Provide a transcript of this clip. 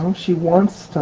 um she wants to